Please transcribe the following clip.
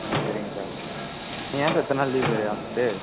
ம் சரிங்க சார் நீங்கள் ஏன் சார் இத்தனை நாள் லீவு ஆஃபீஸ்ஸு